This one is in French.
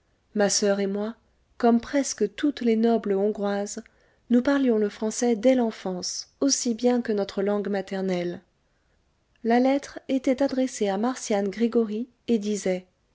ma soeur et moi comme presque toutes les nobles hongroises nous parlions le français dès l'enfance aussi bien que notre langue maternelle la lettre était adressée à marcian gregoryi et disait